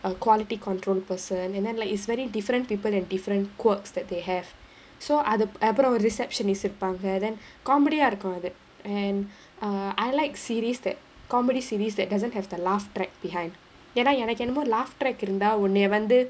a quality control person and then like it's very different people have different quirks that they have so அது அப்பறம் ஒரு:athu apparam oru receptionists இருப்பாங்க:iruppaanga then comedy ah இருக்கும் அது:irukkum athu and uh I like series that comedy series that doesn't have the last track behind ஏனா எனக்கு என்னமோ:yaenaa enakku ennamo last track இருந்தா ஒன்னைய வந்து:irunthaa onnaiya vanthu